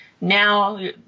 Now